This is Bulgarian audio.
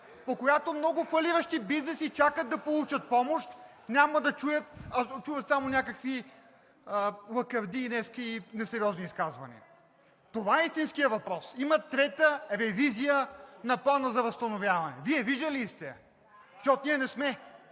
лв.?! Много фалиращи бизнеси чакат да получат помощ – няма да чуят, а ще чуят само някакви лакардии и несериозни изказвания. Това е истинският въпрос. Има трета ревизия на Плана за възстановяване. Вие виждали ли сте я, защото ние не сме.